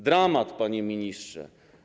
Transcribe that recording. Dramat, panie ministrze.